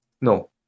No